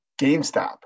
GameStop